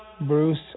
Bruce